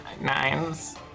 Nines